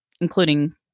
including